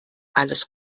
alles